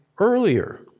earlier